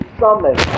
summon